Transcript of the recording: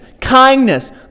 kindness